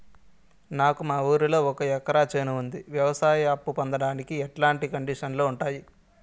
నాకు మా ఊరిలో ఒక ఎకరా చేను ఉంది, వ్యవసాయ అప్ఫు పొందడానికి ఎట్లాంటి కండిషన్లు ఉంటాయి?